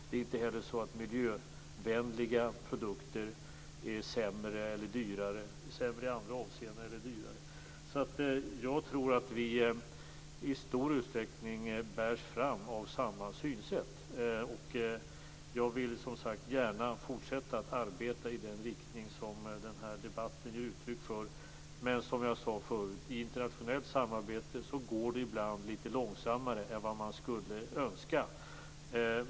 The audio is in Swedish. Det är inte heller så att miljövänliga produkter är sämre eller dyrare i andra avseenden. Jag tror att vi i stor utsträckning bärs fram av samma synsätt. Jag vill gärna fortsätta att arbeta i den riktning som den här debatten ger uttryck för. Men som jag sade förut, i internationellt samarbete går det ibland lite långsammare än man skulle önska.